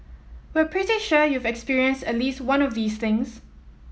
we're pretty sure you've experienced at least one of these things